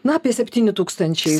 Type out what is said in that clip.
na apie septyni tūkstančiai